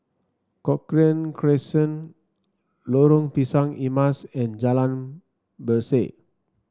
Cochrane Crescent Lorong Pisang Emas and Jalan Berseh